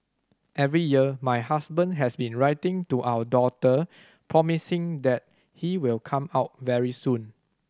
every year my husband has been writing to our daughter promising that he will come out very soon